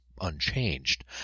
unchanged